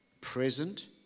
present